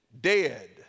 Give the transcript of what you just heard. dead